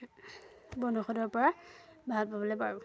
বনৌষধৰ পৰা ভাল পাবলৈ পাৰোঁ